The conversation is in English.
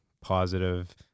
positive